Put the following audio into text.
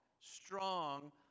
strong